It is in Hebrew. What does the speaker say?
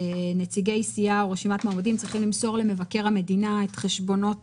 נציגי סיעה או רשימת מועמדים צריכים למסור למבקר המדינה את החשבונות